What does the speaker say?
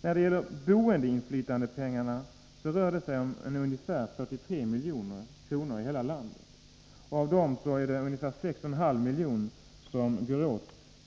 När det gäller boendeinflytandepengarna rör det sig om ungefär 43 milj.kr. för hela landet. Av dessa pengar faller ungefär 6,5 milj.kr.